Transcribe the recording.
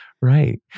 Right